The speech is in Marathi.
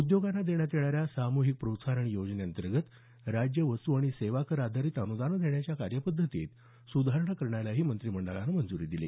उद्योगांना देण्यात येणाऱ्या सामुहिक प्रोत्साहन योजनेंतर्गत राज्य वस्तू आणि सेवा कर आधारित अनुदानं देण्याच्या कार्यपद्धतीत सुधारणा करण्यासही मंत्रिमंडळानं मंजुरी दिली